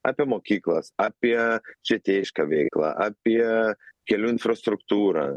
apie mokyklas apie švietėjišką veiklą apie kelių infrastruktūrą